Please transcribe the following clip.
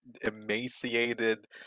emaciated